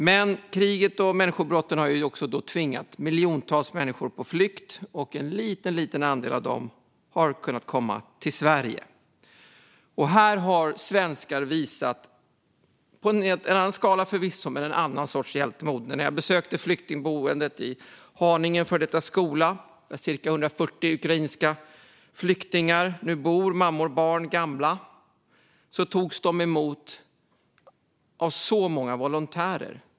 Men kriget och människobrotten har också tvingat miljontals människor på flykt, och en liten andel av dem har kommit till Sverige. Här har svenskar visat, på en förvisso helt annan skala, en annan sorts hjältemod. När jag besökte flyktingboendet i en före detta skola i Haninge, där nu cirka 140 ukrainska flyktingar bor, mammor, barn och gamla, togs de emot av så många volontärer.